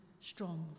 strong